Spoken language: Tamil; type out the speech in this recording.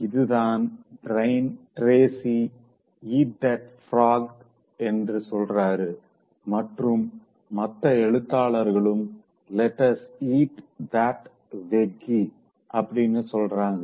இததான் Brian Tracy eat that frog என்று சொல்றாறு மற்றும் மத்த எழுத்தாளர்களும் let us eat that veggie அப்படின்னு சொல்றாங்க